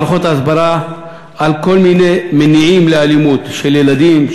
מערכות הסברה על כל מיני מניעים לאלימות של ילדים,